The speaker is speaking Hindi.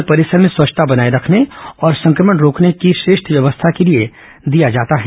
यह पूरस्कार अस्पताल परिसर में स्वच्छता बनाए रखने और संक्रमण रोकने की श्रेष्ठ व्यवस्था के लिए दिया जाता है